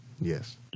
Yes